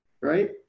right